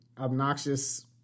obnoxious